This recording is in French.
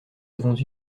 avons